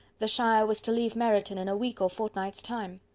the shire was to leave meryton in a week or fortnight's time.